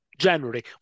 January